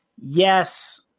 Yes